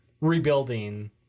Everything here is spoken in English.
rebuilding